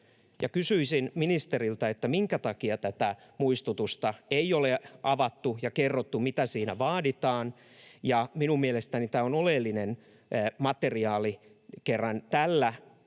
Kysyisin ministeriltä: minkä takia tätä muistutusta ei ole avattu ja kerrottu, mitä siinä vaaditaan? Mielestäni tämä on oleellinen materiaali, kerran tällä